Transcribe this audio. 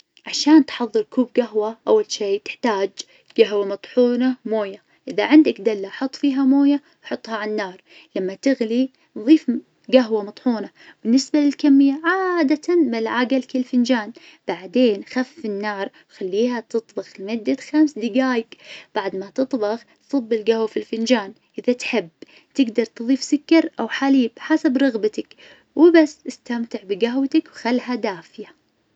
عشان تحظر كوب قهوة أول شي تحتاج قهوة مطحونة مويه، إذا عندك دلة حط فيها مويه حطها عالنار لما تغلي ظيف قهوة مطحونة، بالنسبة للكمية عادة ملعقة لكل فنجان، بعدين خف النار خليها تطبخ لمدة خمس دقايق بعد ما تطبخ صب القهوة في الفنجان. إذا تحب تقدر تضيف سكر أو حليب حسب رغبتك. وبس استمتع بقهوتك وخلها دافية.